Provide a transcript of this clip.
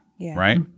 right